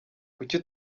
kuki